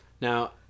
Now